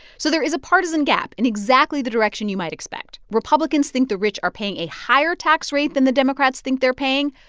so there is a partisan gap in exactly the direction you might expect. republicans think the rich are paying a higher tax rate than the democrats think they're paying,